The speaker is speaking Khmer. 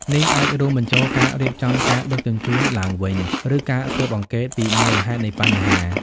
នេះអាចរួមបញ្ចូលការរៀបចំការដឹកជញ្ជូនឡើងវិញ ឬការស៊ើបអង្កេតពីមូលហេតុនៃបញ្ហា។